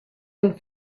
and